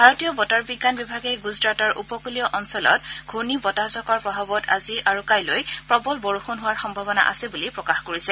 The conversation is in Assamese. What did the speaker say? ভাৰতীয় বতৰ বিজ্ঞান বিভাগে গুজৰাটৰ উপকূলীয় অঞ্চলত ঘূৰ্ণীবতাহজাকৰ প্ৰভাৱত আজি আৰু কাইলৈ প্ৰৱল বৰষণৰ হোৱাৰ সম্ভাৱনা আছে বুলি প্ৰকাশ কৰিছে